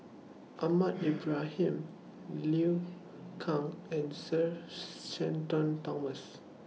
Ahmad Ibrahim Liu Kang and Sir Shenton Thomas